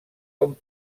com